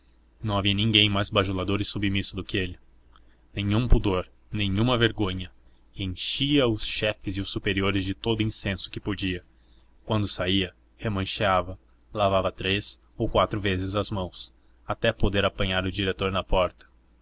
não havia ninguém mais bajulador e submisso do que ele nenhum pudor nenhuma vergonha enchia os chefes e os superiores de todo o incenso que podia quando saía remancheava lavava três ou quatro vezes as mãos até poder apanhar o diretor na porta